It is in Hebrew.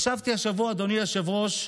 אדוני היושב-ראש,